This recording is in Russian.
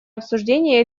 обсуждения